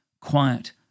quiet